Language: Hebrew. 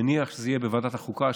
אני מניח שזה יהיה בוועדת החוקה,